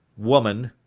woman,